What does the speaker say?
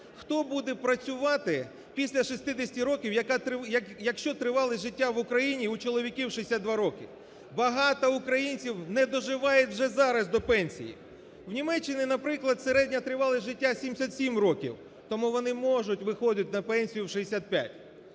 хто буде працювати після 60 років, якщо тривалість життя в Україні в чоловіків 62 роки. Багато українців не доживають вже зараз до пенсії. У Німеччині, наприклад, середня тривалість життя 77 років, тому вони можуть виходити на пенсію у 65.